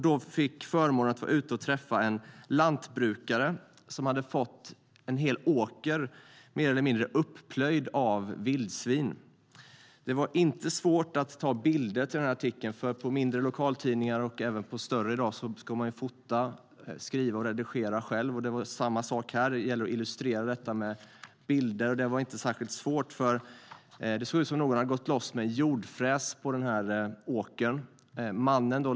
Då fick jag förmånen att komma ut och träffa en lantbrukare som hade fått en hel åker mer eller mindre upplöjd av vildsvin. Det var inte svårt att ta bilder till artikeln. På mindre lokaltidningar, och även på större, ska man i dag fotografera, skriva och redigera själv. Det var samma sak här; det gällde att illustrera detta med bilder. Det var inte särskilt svårt, för det såg ut som om någon hade gått loss med en jordfräs på åkern.